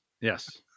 yes